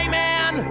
man